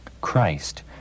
Christ